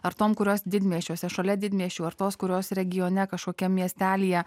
ar tom kurios didmiesčiuose šalia didmiesčių ar tos kurios regione kažkokiam miestelyje